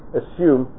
assume